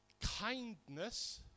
kindness